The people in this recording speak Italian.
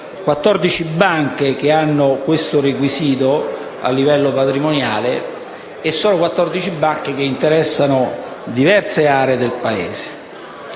Le banche che hanno questo requisito a livello patrimoniale sono 14 e interessano diverse aree del Paese.